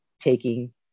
taking